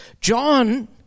John